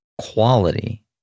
quality